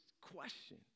question